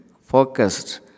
focused